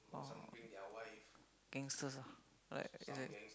oh gangsters ah like that